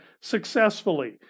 successfully